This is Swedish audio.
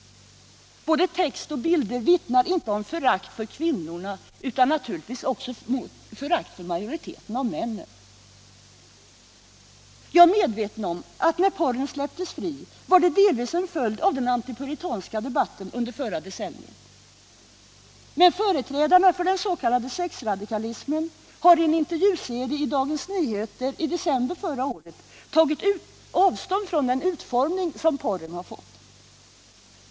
Både text och bilder vittnar om förakt inte bara för kvinnorna utan också för majoriteten av männen. Jag är medveten om att när porren släpptes fri var det delvis en följd av den antipuritanska debatten under förra decenniet. Men företrädarna för den s.k. sexradikalismen har i en intervjuserie i Dagens Nyheter i december förra året tagit avstånd från den utformning som porren har fått.